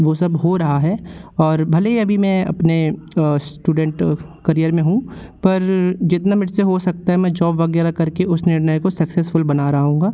वह सब हो रहा है और भले ही अभी मैं अपने स्टूडेंट करियर में हूँ पर जितना मेरे से हो सकता है मैं जॉब वगैरह करके उस निर्णय को सक्सेसफ़ुल बना रहा होऊँगा